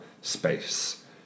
space